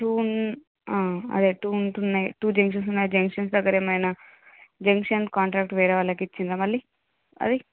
two um అదే two ఉంటున్నాయి two junctions ఉన్నాయి జంక్షన్స్ దగ్గర ఏమైనా జంక్షన్ కాంట్రాక్టు వేరే వాళ్ళకి ఇచ్చిండ్రా మళ్ళీ అది